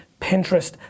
Pinterest